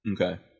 Okay